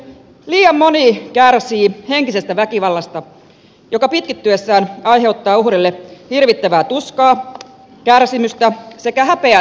liian moni kärsii henkisestä väkivallasta joka pitkittyessään aiheuttaa uhrille hirvittävää tuskaa kärsimystä sekä häpeän tunnetta